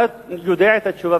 אתה יודע את התשובה,